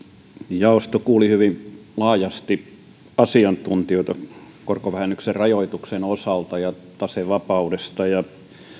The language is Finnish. jaosto kuuli hyvin laajasti asiantuntijoita korkovähennyksen rajoituksen osalta ja tasevapaudesta ja